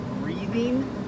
breathing